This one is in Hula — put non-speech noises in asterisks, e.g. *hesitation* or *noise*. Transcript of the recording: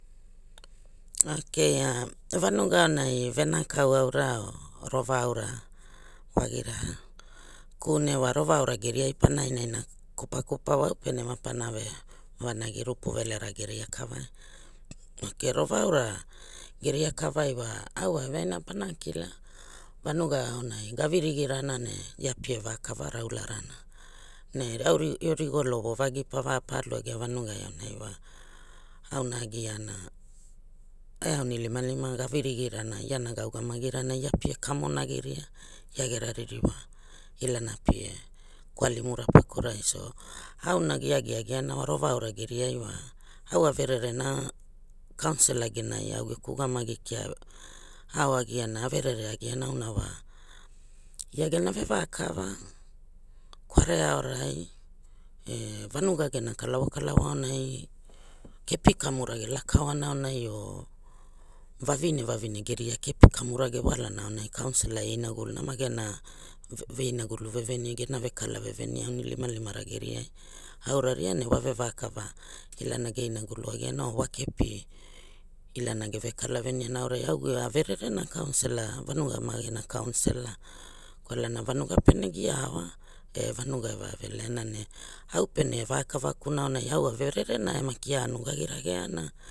Ok a e vanuga aona verakau aura or rova aur wagira une nai voa aura geriai para irina kupakupa wau pene ma pana ve vanagi rupu velera geria kavai *hesitation* ok rova aura geria kavaia a wa au wa veaina pana kila vanuga aonai ga virigirana ne ia pe va kavara wara ne *hesitation* e rigolo vo vagi para pa au agia vanugai auna wa *noise* auna a giana e aunilimalima ga virigirana iara ga ugamagi rana ia pie kamonagi ria ia gera ririwa ilana pie iawalimura pakurai ia au giagia a giana councillor genai augeku ugamai kia *noise* ao agiana a verere agiana auna wa ia gera verakala kwarea aurai e vanuga gerai kalavokalavo aonai kepi kamura ge laka oana aunai o vavine vavine geria kepi kamura ge walana aonai councillor e inagulu na wa gena ve inagulu veveni ge kala veveni aunilimalima ra geriai awarina ne wa vevovevouaua ilana ge inagulu agiana or wa kepi *noise* ilana geve kala veniana auai au a vererena councillor vanuga ma gera coucillor *noise* kwalana vanuga pene gia aua e vanuga eva velena ne au pere va kava kun aurai au averere na e maki ia a nugagi ragean